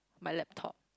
my laptop